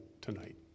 tonight